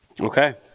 okay